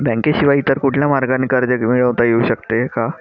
बँकेशिवाय इतर कुठल्या मार्गाने कर्ज मिळविता येऊ शकते का?